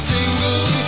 Single